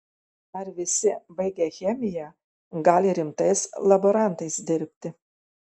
ar visi baigę chemiją gali rimtais laborantais dirbti